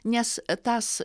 nes tas